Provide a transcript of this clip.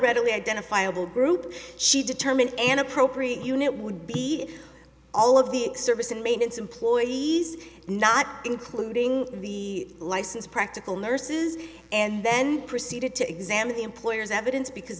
readily identifiable group she determined an appropriate unit would be all of the service and maintenance employees not including the license practical nurses and then proceeded to examine the employer's evidence because